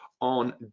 on